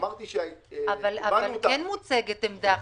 אמרתי שקיבלנו אותה --- אבל כן מוצגת עמדה אחרת,